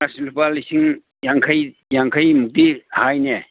ꯑꯁ ꯂꯨꯄꯥ ꯂꯤꯁꯤꯡ ꯌꯥꯡꯈꯩ ꯌꯥꯡꯈꯩꯃꯨꯛꯇꯤ ꯍꯥꯏꯅꯦ